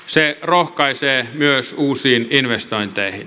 se rohkaisee myös uusiin investointeihin